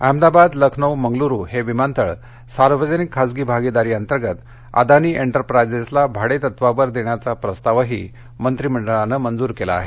अहमदाबाद लखनऊ मंगलूरू हे विमानतळसार्वजनिक खासगी भागीदारीअंतर्गत अदानी एंटरप्राइजेसला भाडे तत्वावर देण्याचा प्रस्तावहीमंत्रिमंडळानं मंजूर केला आहे